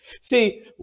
See